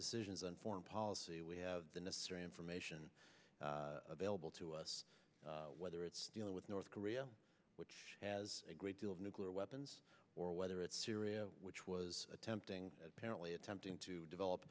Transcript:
on foreign policy we have the necessary information available to us whether it's dealing with north korea which has a great deal of nuclear weapons or whether it's syria which was attempting parent way attempting to develop